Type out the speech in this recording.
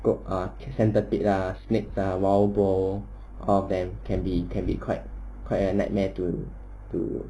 got centipede ah snake ah wild boar all of them can be can be quite quite a nightmare to to